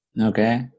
Okay